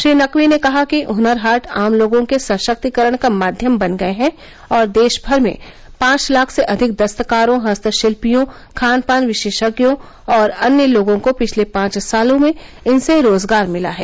श्री नकवी ने कहा कि हुनर हाट आम लोगों के सशक्तीकरण का माध्यम बन गये हैं और देश भर में पांच लाख से अधिक दस्तकारों हस्तशिल्पियों खानपान विशेषज्ञों और अन्य लोगों को पिछले पांच सालों में इनसे रोजगार मिला है